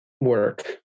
work